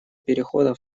перехода